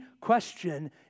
question